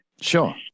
Sure